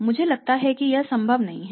मुझे लगता है कि यह संभव नहीं है